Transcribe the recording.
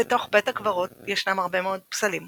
בתוך בית הקברות ישנם הרבה מאוד פסלים,